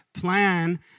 plan